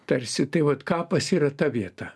tarsi tai vat kapas yra ta vieta